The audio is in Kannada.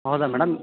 ಹೌದಾ ಮೇಡಮ್